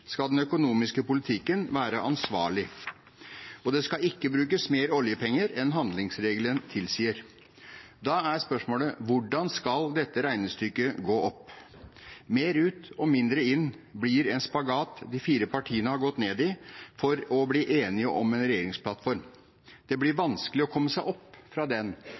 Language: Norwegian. skal den økonomiske politikken være ansvarlig, og det skal ikke brukes mer oljepenger enn handlingsregelen tilsier. Da er spørsmålet: Hvordan skal dette regnestykket gå opp? Mer ut og mindre inn blir en spagat de fire partiene har gått ned i for å bli enige om en regjeringsplattform. Det blir vanskelig å komme seg opp fra den